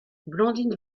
blandine